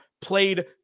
played